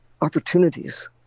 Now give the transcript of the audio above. opportunities